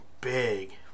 big